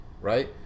right